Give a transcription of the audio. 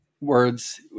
words